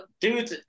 dude